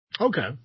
Okay